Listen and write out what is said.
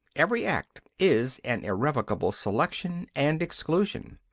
every act is an irrevocable selection and exclusion.